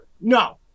No